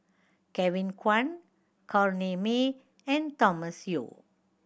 Kevin Kwan Corrinne May and Thomas Yeo